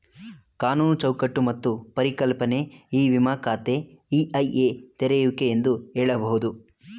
ಕಾನೂನು ಚೌಕಟ್ಟು ಮತ್ತು ಪರಿಕಲ್ಪನೆ ಇ ವಿಮ ಖಾತೆ ಇ.ಐ.ಎ ತೆರೆಯುವಿಕೆ ಎಂದು ಹೇಳಬಹುದು